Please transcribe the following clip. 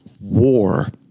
War